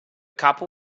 couple